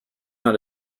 not